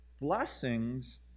blessings